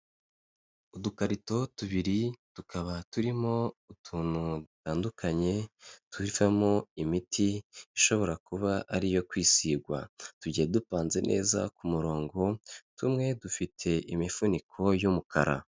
Udukarito tubiri, tukaba turimo utuntu dutandukanye tuvakamo imiti ishobora kuba ari iyo kwisigwa. Tugiye dupanze neza ku murongo, tumwe dufite imifuniko y'umukara.